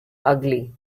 ugly